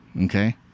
okay